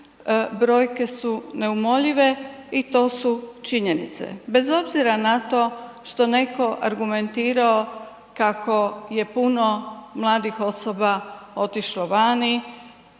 brojke su neumoljive i to su činjenice, bez obzira na to što neko argumentirao kako je puno mladih osoba otišlo vani